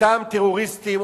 אותם טרוריסטים,